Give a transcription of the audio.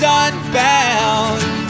unbound